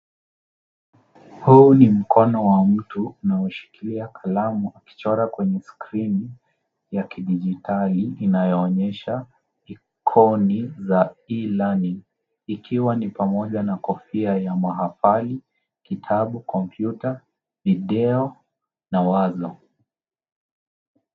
Huu ni mkono wa mtu unaoshikilia kalamu akichora kwenye skrini ya kidijitali inayoonyesha ikoni za e learning ikiwa ni pamoja na kofia ya mahafali, kitabu, kompyuta, video na wazo.